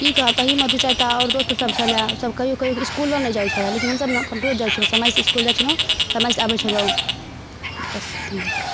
कि कहब तहीमे दुइ चारिटा आओर दोस्तसभ छलै ओसभ कहिओ कहिओके इसकुलो नहि जाइ छलै लेकिन हमसभ ने रोज जाइ छलहुँ समयसँ इसकुल जाइ छलहुँ समयसँ आबै छलहुँ बस एतबी अइ कहनाइ